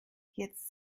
jetzt